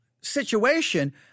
situation